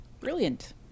Brilliant